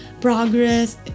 progress